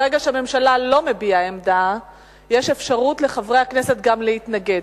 ברגע שהממשלה לא מביעה עמדה יש אפשרות לחברי הכנסת גם להתנגד.